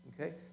Okay